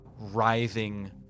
writhing